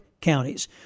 Counties